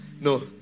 No